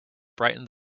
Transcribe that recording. brightened